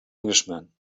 englishman